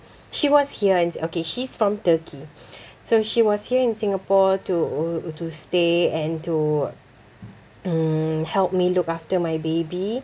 she was here and okay she's from Turkey so she was here in Singapore to uh to stay and to mm help me look after my baby